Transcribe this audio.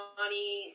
money